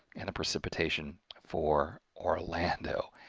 and the precipitation for orlando.